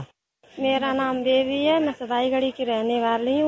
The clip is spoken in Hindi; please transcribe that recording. मेरा नाम देवी है मैं सुधाईगढ़ी की रहने वाली हूं